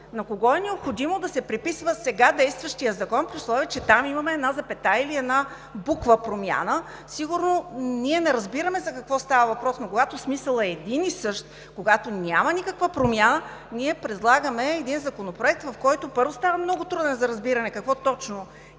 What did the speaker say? На кого е необходимо да се преписва сега действащият закон, при условие че там имаме промяна – една запетая или една буква? Сигурно ние не разбираме за какво става въпрос, но когато смисълът е един и същ, когато няма никаква промяна, ние предлагаме един законопроект, който, първо, става много труден за разбиране какво точно,